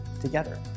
together